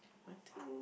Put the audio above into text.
I think